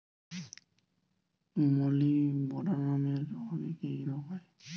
মলিবডোনামের অভাবে কি কি রোগ হয়?